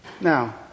Now